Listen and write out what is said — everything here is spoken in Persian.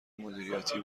مدیریتی